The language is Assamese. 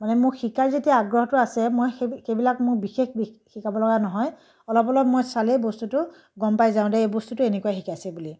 মানে মোক শিকাৰ যেতিয়া আগ্ৰহটো আছে মই সেই সেইবিলাক মোৰ বিশেষ শিকাব লগা নহয় অলপ অলপ মই চালেই বস্তুটো গম পাই যাওঁ যে বস্তুটো এনেকুৱাই শিকাইছে বুলি